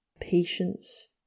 patience